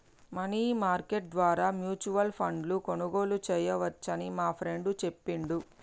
money market ద్వారా mutual ఫండ్ను కొనుగోలు చేయవచ్చని మా ఫ్రెండు చెప్పిండు